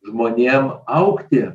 žmonėm augti